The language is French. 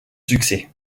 succès